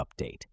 update